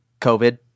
COVID